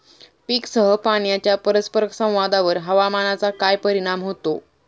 पीकसह पाण्याच्या परस्पर संवादावर हवामानाचा काय परिणाम होतो?